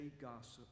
Gossip